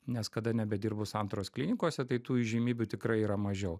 nes kada nebedirbu santaros klinikose tai tų įžymybių tikrai yra mažiau